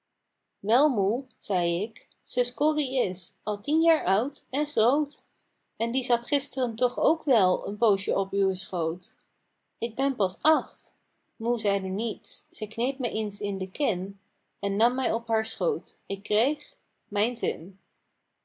wel moe zeî ik zus corrie is al tien jaar oud en groot en die zat gistren toch ook wel een poosje op uwen schoot ik ben pas acht moe zeide niets zij kneep me eens in de kin en nam mij op haar schoot ik kreeg mijn zin